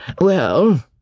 Well